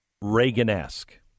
Reagan-esque